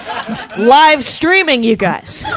live streaming, you guys.